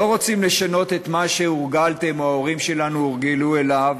לא רוצים לשנות את מה שהורגלתם או ההורים שלנו הורגלו אליו,